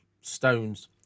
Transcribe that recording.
Stones